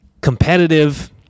competitive